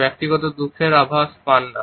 ব্যক্তিগত দুঃখের আভাস পান না